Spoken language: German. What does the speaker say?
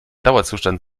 dauerzustand